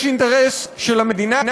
יש אינטרס של המדינה,